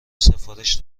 سفارش